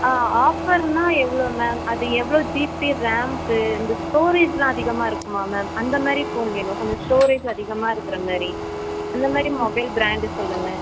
ஆ ஆஃபர்னா எவ்வளோ மேம் அது எவ்வளோ ஜிபி ரேம்ப்பு இந்த ஸ்டோரேஜுலாம் அதிகமாக இருக்குமா மேம் அந்தமாதிரி ஃபோன் வேணும் கொஞ்சம் ஸ்டோரேஜ் அதிகமாக இருக்கிற மாதிரி அந்தமாதிரி மொபைல் ப்ராண்டு சொல்லுங்கள்